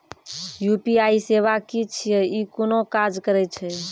UPI सेवा की छियै? ई कूना काज करै छै?